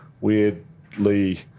weirdly